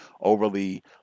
overly